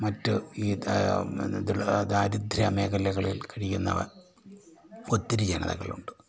മറ്റ് ഈ ദ ദാരിദ്ര്യ മേഖലകളിൽ കഴിയുന്നവര് ഒത്തിരി ജനതകളുണ്ട്